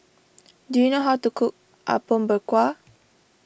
do you know how to cook Apom Berkuah